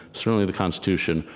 certainly the constitution,